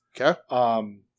Okay